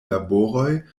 laboroj